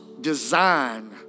design